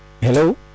Hello